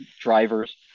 drivers